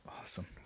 Awesome